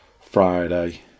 Friday